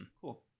Cool